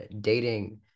dating